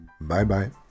Bye-bye